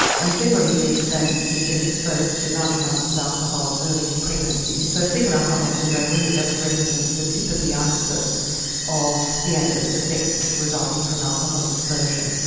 and generally these are babies who have been exposed to large amounts of alcohol early in pregnancy, so foetal alcohol syndrome really just represents the tip of the iceberg of the adverse effects resulting from alcohol exposure.